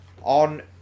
on